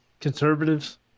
conservatives